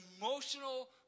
emotional